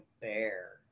bear